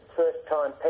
first-time